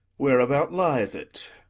whereabout lies it?